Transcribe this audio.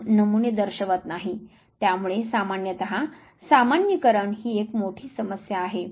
आपण नमुने दर्शवत नाही त्यामुळे सामान्यत सामान्यीकरण ही एक मोठी समस्या आहे